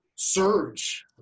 Surge